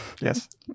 Yes